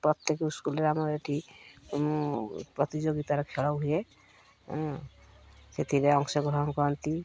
ପ୍ରତ୍ୟେକ ସ୍କୁଲ୍ରେ ଆମର ଏଇଠି ପ୍ରତିଯୋଗିତାର ଖେଳ ହୁଏ ସେଥିରେ ଅଂଶଗ୍ରହଣ କରନ୍ତି